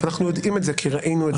אנחנו יודעים את זה כי ראינו את זה.